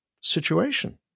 situation